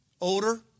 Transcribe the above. older